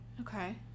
okay